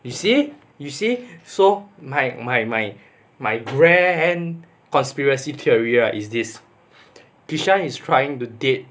you see you see so my my my my grand conspiracy theory right is this kishan is trying to date